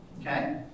Okay